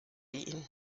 ihn